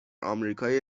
آمریکای